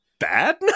bad